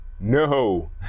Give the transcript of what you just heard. No